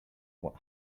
what